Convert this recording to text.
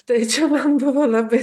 štai čia buvo labai